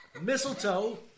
Mistletoe